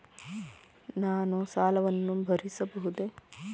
ನಾನು ಸಾಲವನ್ನು ಭರಿಸಬಹುದೇ?